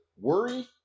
worry